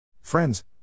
Friends